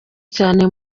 cyane